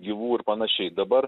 gyvų ir panašiai dabar